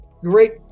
great